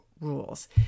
rules